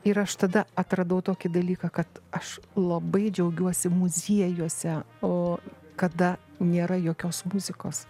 ir aš tada atradau tokį dalyką kad aš labai džiaugiuosi muziejuose o kada nėra jokios muzikos